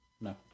No